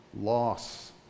loss